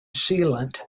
sealant